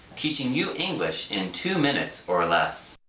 teaching you english in two minutes or less.